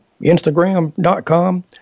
instagram.com